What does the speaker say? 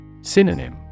Synonym